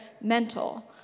mental